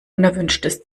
unerwünschtes